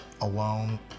alone